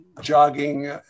jogging